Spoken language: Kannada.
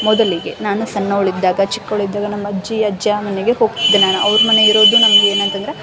ಮೊದಲಿಗೆ ನಾನು ಸಣ್ಣವಳಿದ್ದಾಗ ಚಿಕ್ಕವಳಿದ್ದಾಗ ನಮ್ಮಜ್ಜಿ ಅಜ್ಜ ಮನೆಗೆ ಹೋಗ್ತಿದ್ದೆ ನಾನು ಅವ್ರ ಮನೆ ಇರೋದು ನಮಗೆ ಏನಾಯ್ತಂದ್ರೆ